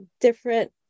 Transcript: Different